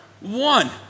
one